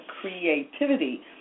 creativity